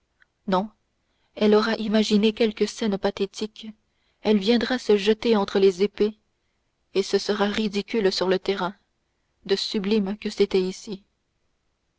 non elle aura imaginé quelque scène pathétique elle viendra se jeter entre les épées et ce sera ridicule sur le terrain de sublime que c'était ici